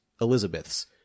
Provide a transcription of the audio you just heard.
elizabeths